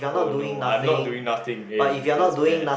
oh no I'm not doing nothing eh that's bad